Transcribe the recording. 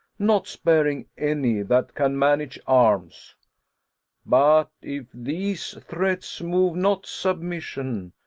not sparing any that can manage arms but, if these threats move not submission,